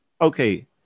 Okay